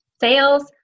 sales